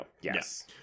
Yes